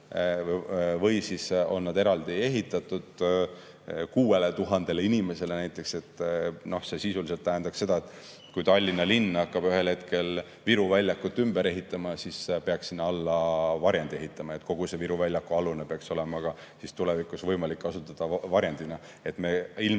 või siis on nad eraldi ehitatud 6000 inimesele näiteks. See sisuliselt tähendaks seda, et kui Tallinna linn hakkab ühel hetkel Viru väljakut ümber ehitama, siis peaks sinna alla varjendi ehitama, et kogu seda Viru väljaku alust peaks olema tulevikus võimalik kasutada varjendina. Me ilmselgelt